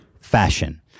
Fashion